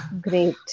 Great